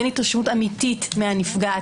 אין התרשמות אמיתית מהנפגעת,